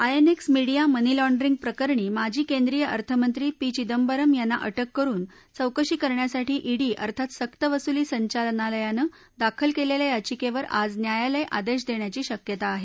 INX media money laundering प्रकरणी माजी केंद्रीय अर्थमंत्री पी चिदंबरम यांना अटक करुन चौकशी करण्यासाठी ईडी अर्थात सक्तवसूली संचालनालयानं दाखल केलेल्या याविकेवर आज न्यायालय आदेश देण्याची शक्यता आहे